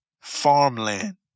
farmland